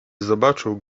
zobaczył